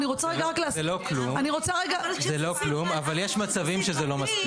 זה לא כלום, אבל יש מצבים שזה לא מספיק.